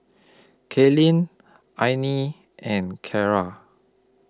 Katelynn Alani and Kiara